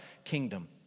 Kingdom